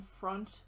front